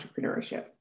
entrepreneurship